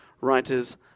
writers